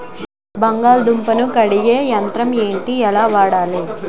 బంగాళదుంప ను కడిగే యంత్రం ఏంటి? ఎలా వాడాలి?